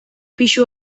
pisu